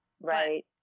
Right